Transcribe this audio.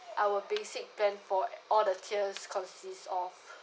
our basic plan for all the tiers consist of